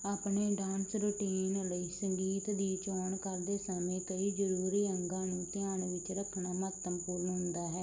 ਆਪਣੇ dance routine ਲਈ ਸੰਗੀਤ ਦੀ ਚੋਣ ਕਰਦੇ ਸਮੇਂ ਕਈ ਜ਼ਰੂਰੀ ਅੰਗਾਂ ਨੂੰ ਧਿਆਨ ਵਿੱਚ ਰੱਖਣਾ ਮਹੱਤਵਪੂਰਨ ਹੁੰਦਾ ਹੈ